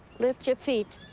lift your feet.